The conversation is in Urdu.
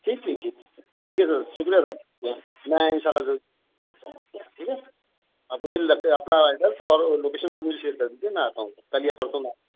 ٹھیک ہے ٹھیک ہے سر ٹھیک ہے سر شکریہ صاحب میں ان شاء اللہ ٹھیک ہے آپ مجھے اپنا ایڈریس اور لوکیشن آپ مجھے شیئر کر دیجیے میں آتا ہوں کل یا پرسوں میں